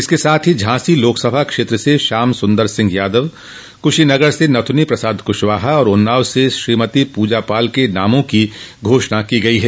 इसके साथ ही झांसी लोकसभा क्षेत्र से श्याम सुन्दर सिंह यादव कुशीनगर से नथनी प्रसाद कुशवाहा और उन्नाव से श्रीमती पूजा पाल के नामों की घोषणा की गयी है